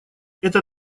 это